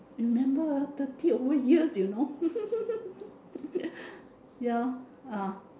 remember ah thirty over years you know ya ah